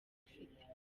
ufite